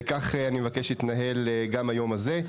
וכך אני מבקש להתנהל גם ביום הזה.